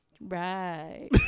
Right